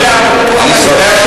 שילמנו.